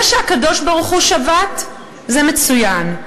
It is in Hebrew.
זה שהקדוש-ברוך-הוא שבת זה מצוין,